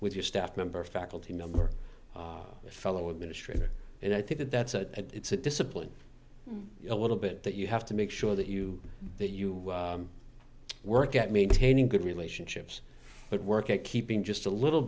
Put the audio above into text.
with your staff member faculty member a fellow administrator and i think that that's a it's a discipline a little bit that you have to make sure that you that you work at maintaining good relationships but work at keeping just a little